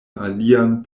alian